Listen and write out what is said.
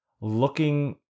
looking